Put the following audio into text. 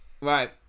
Right